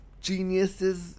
geniuses